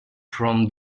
from